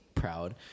Proud